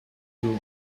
too